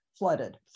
Flooded